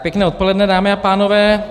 Pěkné odpoledne, dámy a pánové.